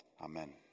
Amen